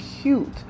cute